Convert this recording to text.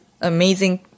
amazing